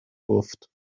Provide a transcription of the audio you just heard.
گفت